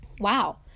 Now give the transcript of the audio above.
Wow